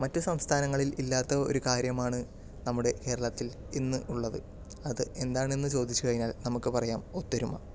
മറ്റു സംസ്ഥാനങ്ങളിൽ ഇല്ലാത്ത ഒരു കാര്യമാണ് നമ്മുടെ കേരളത്തിൽ ഇന്ന് ഉള്ളത് അത് എന്താണെന്ന് ചോദിച്ചു കഴിഞ്ഞാൽ നമുക്ക് പറയാം ഒത്തൊരുമ